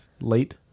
late